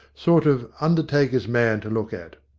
sort of undertaker's man to look at.